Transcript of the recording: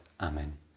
Amen